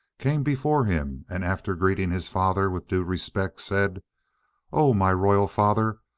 came before him, and after greeting his father with due respect, said o my royal father!